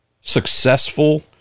successful